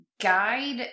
guide